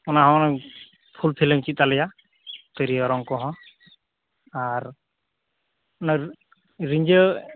ᱚᱱᱟ ᱦᱚᱸ ᱯᱷᱩᱞᱯᱷᱤᱞᱮᱢ ᱪᱮᱫ ᱟᱞᱮᱭᱟ ᱛᱤᱨᱭᱚ ᱚᱨᱚᱝ ᱠᱚᱦᱚᱸ ᱟᱨ ᱚᱱᱟ ᱨᱤᱸᱡᱷᱟᱹ